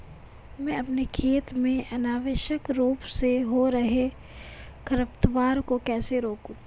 मैं अपने खेत में अनावश्यक रूप से हो रहे खरपतवार को कैसे रोकूं?